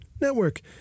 network